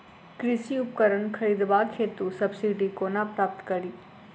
कृषि उपकरण खरीदबाक हेतु सब्सिडी कोना प्राप्त कड़ी?